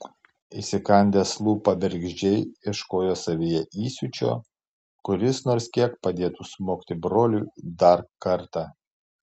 įsikandęs lūpą bergždžiai ieškojo savyje įsiūčio kuris nors kiek padėtų smogti broliui dar kartą